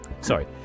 Sorry